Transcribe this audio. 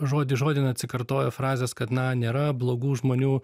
žodis žodin atsikartoja frazės kad na nėra blogų žmonių